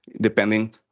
depending